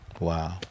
Wow